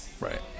Right